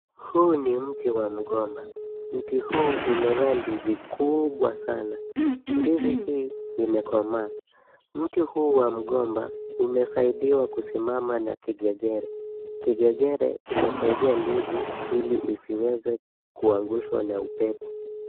Huu ni mti wa mgomba. Mti huu umezaa ndizi kubwa sana. Ndizi hii imekomaa, mti huu wa mgomba umesaidiwa kusimama na kigegere. Kigegere imesaidia ndizi ili isiweze kuangushwa na upepo.